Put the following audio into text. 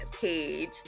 page